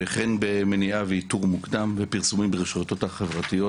וכן במניעה ואתור מוקדם ופרסומים ברשתות החברתיות.